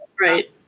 Right